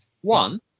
One